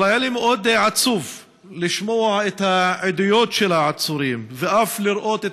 אבל היה לי מאוד עצוב לשמוע את העדויות של העצורים ואף לראות את